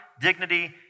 dignity